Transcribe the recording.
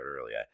earlier